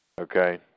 okay